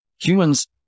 humans